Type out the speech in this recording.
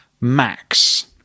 Max